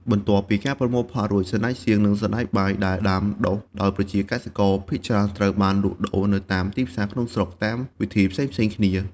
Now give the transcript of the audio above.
បន្ទាប់ពីការប្រមូលផលរួច សណ្តែកសៀង និងសណ្តែកបាយដែលដាំដុះដោយប្រជាកសិករ ភាគច្រើនត្រូវបានលក់ដូរនៅតាមទីផ្សារក្នុងស្រុកតាមវិធីផ្សេងៗគ្នា។